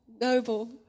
noble